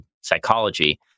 psychology